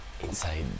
inside